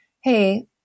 hey